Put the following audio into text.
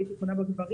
הייתי קונה בגברים,